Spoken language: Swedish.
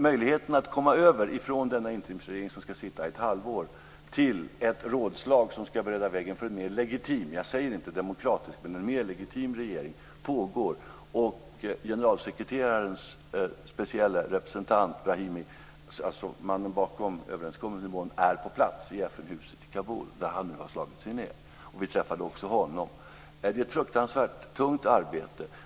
Möjligheten att övergå från denna interimsregering som ska sitta i ett halvår till ett rådslag som ska bereda vägen för en mer legitim - jag säger inte demokratisk - regering pågår. Och generalsekreterarens specielle representant Brahimi, alltså mannen bakom överenskommelsen i Bonn, är på plats i FN-huset i Kabul där han nu har slagit sig ned. Vi träffade också honom. Det är ett fruktansvärt tungt arbete.